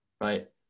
right